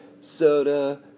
soda